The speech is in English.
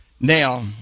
Now